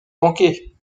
manquer